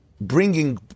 bringing